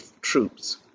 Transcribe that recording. troops